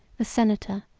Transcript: the senator,